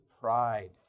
pride